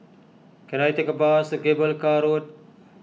can I take a bus to Cable Car Road